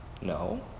No